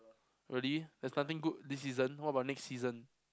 really there's nothing good this season what about next season